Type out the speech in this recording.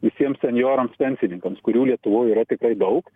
visiems senjorams pensininkams kurių lietuvoj yra tikrai daug